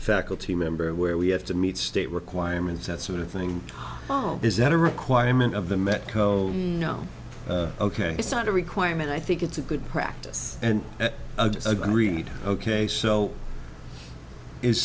faculty member where we have to meet state requirements that sort of thing is that a requirement of the met cohen no ok it's not a requirement i think it's a good practice and agreed ok so is